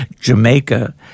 Jamaica